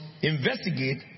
investigate